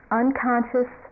unconscious